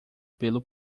pelo